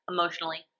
Emotionally